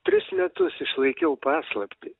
tris metus išlaikiau paslaptį